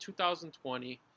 2020